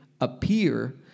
appear